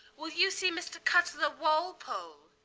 will you see mr cutler walpole?